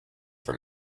for